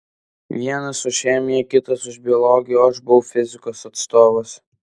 vienas už chemiją kitas už biologiją o aš buvau fizikos atstovas